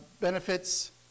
benefits